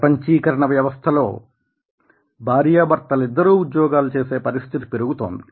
ప్రపంచీకరణ వ్యవస్థలో భార్యాభర్తలిద్దరూ ఉద్యోగాలు చేసే పరిస్థితి పెరుగుతోంది